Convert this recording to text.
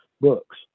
books